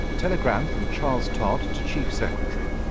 telegram from charles todd to chief secretary.